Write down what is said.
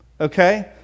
okay